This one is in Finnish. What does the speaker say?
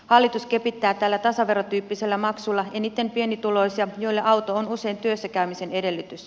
hallitus kepittää tällä tasaverotyyppisellä maksulla eniten pienituloisia joille auto on usein työssä käymisen edellytys